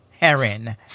Heron